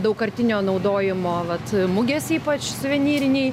daugkartinio naudojimo vat mugės ypač suvenyriniai